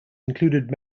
included